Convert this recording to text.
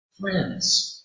Friends